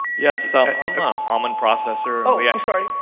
yes, so i'm gonna almond processor oh, yeah i'm sorry,